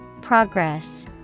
Progress